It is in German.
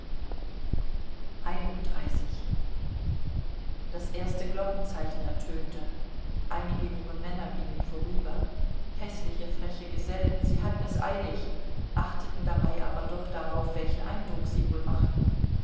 das erste glockenzeichen ertönte einige junge männer gingen vorüber häßliche freche gesellen sie hatten es eilig achteten dabei aber doch darauf welchen eindruck sie wohl machten